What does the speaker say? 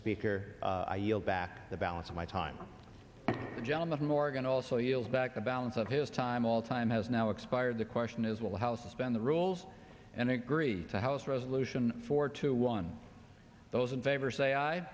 speaker i yield back the balance of my time the gentleman from oregon all so yells back the balance of his time all time has now expired the question is will the house suspend the rules and agree to house resolution four to one those in favor say